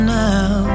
now